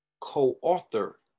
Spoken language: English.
co-author